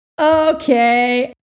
Okay